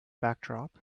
backdrop